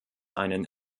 einen